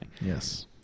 yes